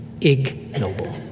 ignoble